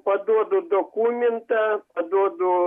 paduodu dokumentą paduodu